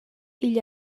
igl